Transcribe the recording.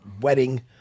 wedding